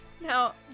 Now